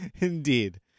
Indeed